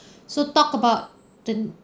so talk about the